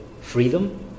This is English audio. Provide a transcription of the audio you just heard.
freedom